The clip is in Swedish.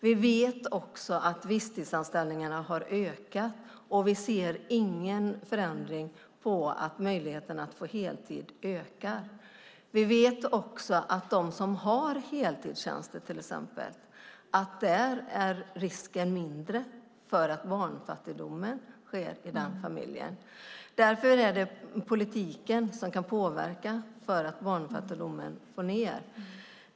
Vi vet att visstidsanställningarna har ökat, och vi ser ingen förändring mot att möjligheterna att få heltid ökar. Vi vet också att i de familjer där man har heltidstjänster är risken för barnfattigdom mindre. Därför är det politiken som kan påverka att barnfattigdomen minskar.